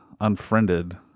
Unfriended